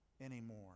anymore